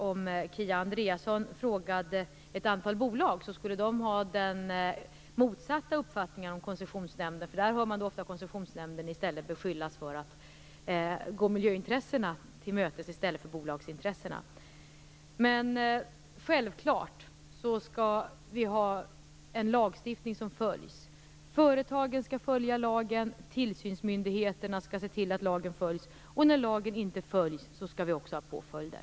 Om Kia Andreasson frågade ett antal bolag skulle de ha motsatt uppfattning om Koncessionsnämnden. Där hör man ofta Koncessionsnämnden beskyllas för att gå miljöintressen till mötes, i stället för bolagsintressen. Självklart skall lagstiftningen följas. Företagen skall följa lagen. Tillsynsmyndigheterna skall se till att lagen följs. När lagen inte följs, skall det leda till påföljder.